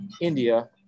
India